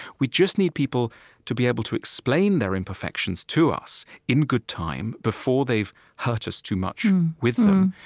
we just need people to be able to explain their imperfections to us in good time, before they've hurt us too much with them,